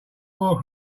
more